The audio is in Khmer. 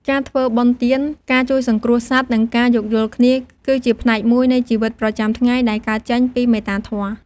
ការធ្វើបុណ្យទាន ការជួយសង្គ្រោះសត្វ និងការយោគយល់គ្នា គឺជាផ្នែកមួយនៃជីវិតប្រចាំថ្ងៃដែលកើតចេញពីមេត្តាធម៌។